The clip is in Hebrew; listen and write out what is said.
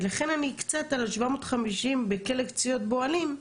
ולכן אני קצת על ה-750 בכלא קציעות באוהלים,